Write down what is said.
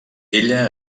ella